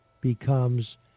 becomes